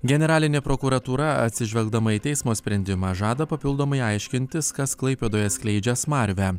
generalinė prokuratūra atsižvelgdama į teismo sprendimą žada papildomai aiškintis kas klaipėdoje skleidžia smarvę